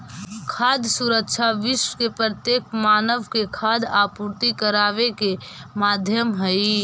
खाद्य सुरक्षा विश्व के प्रत्येक मानव के खाद्य आपूर्ति कराबे के माध्यम हई